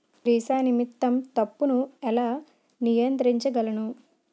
Chrysanthemum తప్పును ఎలా నియంత్రించగలను?